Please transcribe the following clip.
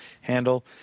handle